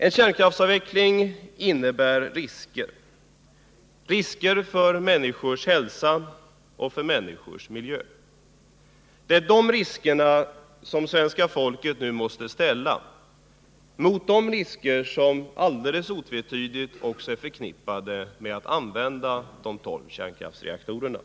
En kärnkraftsavveckling innebär risker — risker för människors hälsa och för människors miljö. Det är de riskerna som svenska folket nu måste ställa mot de risker som alldeles otvetydigt också är förknippade med att använda de tolv kärnkraftsreaktorerna.